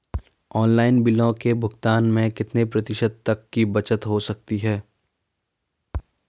Online बिलों के भुगतान में कितने प्रतिशत तक की बचत हो सकती है?